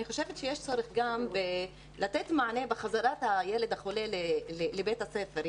אני חושבת שיש צורך גם לתת מענה בחזרת הילד החולה לבית הספר.